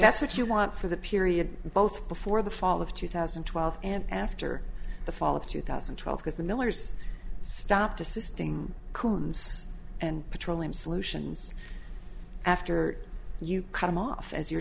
that's what you want for the period both before the fall of two thousand and twelve and after the fall of two thousand and twelve because the millers stopped assisting coons and petroleum solutions after you come off as your